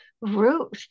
Ruth